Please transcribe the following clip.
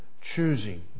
choosing